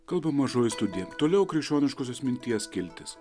kalba mažoji studija toliau krikščioniškosios minties skiltis